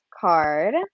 card